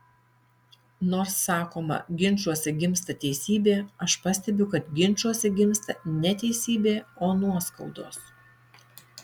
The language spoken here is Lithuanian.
nors sakoma ginčuose gimsta teisybė aš pastebiu kad ginčuose gimsta ne teisybė o nuoskaudos